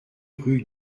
rue